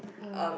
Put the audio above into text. ah